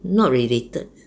not related